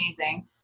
Amazing